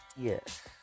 Yes